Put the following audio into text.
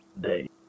day